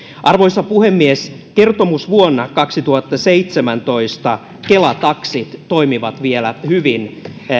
arvoisa puhemies kertomusvuonna kaksituhattaseitsemäntoista kela taksit toimivat vielä hyvin